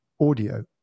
audio